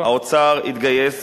האוצר התגייס